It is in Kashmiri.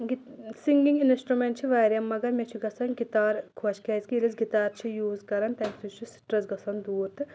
سِنٛگِنٛگ اِنسٹرٛوٗمٮ۪نٛٹ چھِ واریاہ مگر مےٚ چھُ گژھان گِتار خۄش کیٛازِکہِ ییٚلہِ أسۍ گِتار چھِ یوٗز کران تَمہِ سۭتۍ چھُ سٕٹرٛس گژھان دوٗر تہٕ